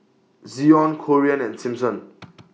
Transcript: Zion Corean and Simpson